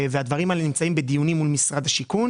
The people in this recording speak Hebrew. הדברים האלה נמצאים בדיונים מול משרד השיכון